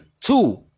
two